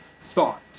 thought